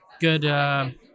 good